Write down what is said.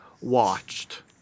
watched